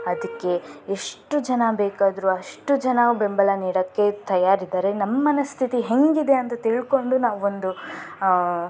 ಅದಕ್ಕೆ ಎಷ್ಟು ಜನ ಬೇಕಾದರೂ ಅಷ್ಟು ಜನ ಬೆಂಬಲ ನೀಡೋಕ್ಕೆ ತಯಾರಿದ್ದಾರೆ ನಮ್ಮ ಮನಸ್ಥಿತಿ ಹೇಗಿದೆ ಅಂತ ತಿಳ್ಕೊಂಡು ನಾವೊಂದು